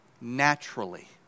naturally